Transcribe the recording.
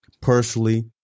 personally